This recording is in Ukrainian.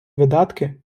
видатки